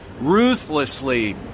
ruthlessly